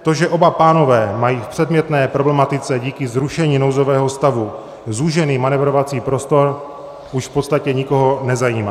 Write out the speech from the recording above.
To, že oba pánové mají v předmětné problematice díky zrušení nouzového stavu zúžený manévrovací prostor, už v podstatě nikoho nezajímá.